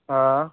हा